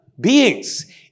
beings